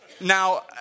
Now